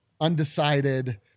undecided